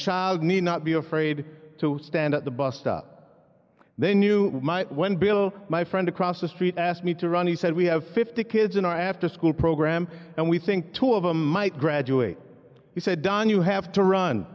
child need not be afraid to stand at the bus stop they knew when bill my friend across the street asked me to run he said we have fifty kids in our afterschool program and we think two of them might graduate he said don you have to run